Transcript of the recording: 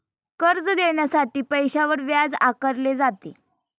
कर्ज देण्यासाठी पैशावर व्याज आकारले जाते